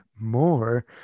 more